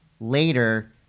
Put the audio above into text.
later